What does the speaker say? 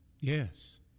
Yes